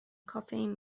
کافئین